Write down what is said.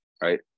right